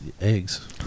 eggs